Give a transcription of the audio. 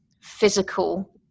physical